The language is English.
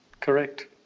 correct